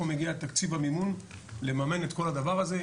מגיע תקציב המימון לממן את כל הדבר הזה.